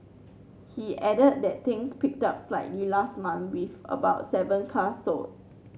he added that things picked up slightly last month with about seven cars sold